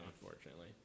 Unfortunately